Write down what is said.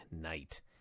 night